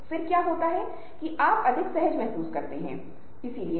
हालाँकि social networking कुछ अलग है